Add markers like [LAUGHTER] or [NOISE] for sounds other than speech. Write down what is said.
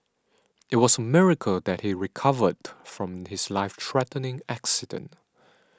it was a miracle that he recovered from his life threatening accident [NOISE]